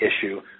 issue